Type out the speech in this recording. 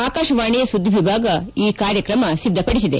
ಆಕಾಶವಾಣಿ ಸುದ್ದಿ ವಿಭಾಗ ಈ ಕಾರ್ಯಕ್ರಮ ಸಿದ್ಧಪಡಿಸಿದೆ